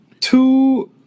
Two